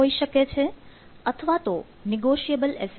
હોઇ શકે છે અથવા તો નિગોશિએબલ એસ